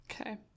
Okay